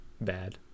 bad